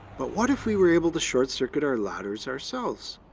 but what if we were able to short-circuit our ladders ourselves?